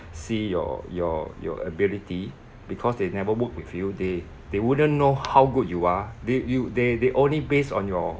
see your your your ability because they never work with you they they wouldn't know how good you are they you they they only based on your